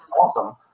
awesome